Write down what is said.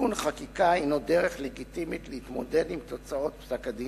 תיקון חקיקה הינו דרך לגיטימית להתמודד עם תוצאת פסק-דין